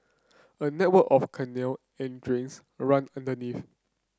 a network of canal and drains run underneath